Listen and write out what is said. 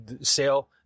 sale